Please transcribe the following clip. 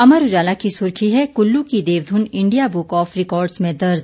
अमर उजाला की सुर्खी है कुल्लू की देवधुन इंडिया बुक ऑफ रिकॉर्ड्स में दर्ज